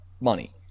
money